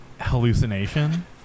hallucination